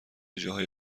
جاهای